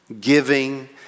giving